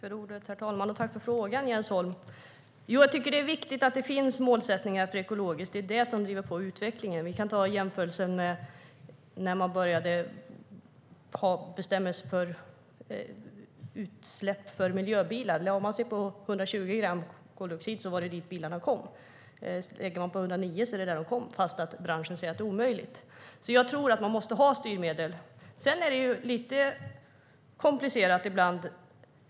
Herr talman! Tack för frågan, Jens Holm! Jag tycker att det är viktigt att det finns målsättningar för ekologiskt. Det är det som driver på utvecklingen. Vi kan jämföra med när man började ha bestämmelser för utsläpp från miljöbilar. Om man lade sig på 120 gram koldioxid var det dit bilarna kom, men om man lade sig på 109 kom bilarna dit trots att branschen sagt att det var omöjligt. Jag tror att man måste ha styrmedel, men det är lite komplicerat ibland.